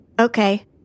Okay